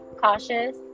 cautious